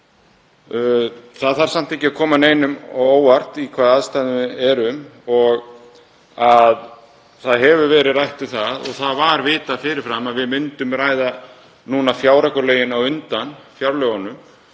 Það þarf samt ekki að koma neinum á óvart í hvaða aðstæðum við erum. Það hefur verið rætt um það og það var vitað fyrir fram að við myndum ræða fjáraukalögin á undan fjárlögunum